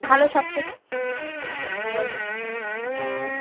ভালো সবথেকে ওই ও